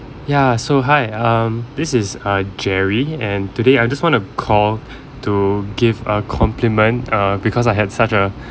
ya so hi um this is uh jerry and today I just want to call to give a compliment uh because I had such a